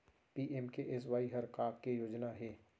PMKSY हर का के योजना हे?